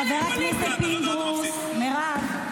מירב, מירב,